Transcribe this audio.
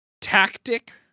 Tactic